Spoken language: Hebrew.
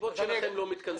מסיבות שלכם לא מתכנסים.